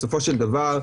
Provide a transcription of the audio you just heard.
בסופו של דבר,